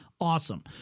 Awesome